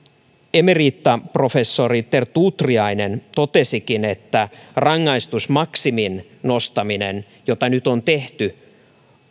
emerita terttu utriainen totesikin että rangaistusmaksimin nostamisen jota nyt on tehty